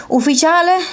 ufficiale